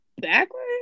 backwards